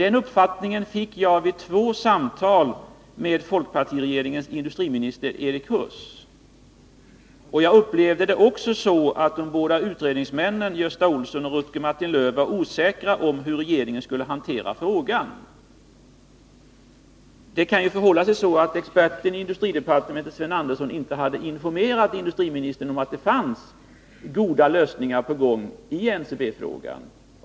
Den uppfattningen fick jag vid två samtal med folkpartiregeringens industriminister Erik Huss, och jag upplevde det också så, att de båda utredningsmännen Gösta Olson och Rutger Martin-Löf var osäkra om hur regeringen skulle hantera frågan. Det kan ju förhålla sig så, att experten i industridepartementet Sven G. Andersson inte hade informerat industriminstern om att det var goda lösningar på gång i NCB-frågan.